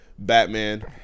Batman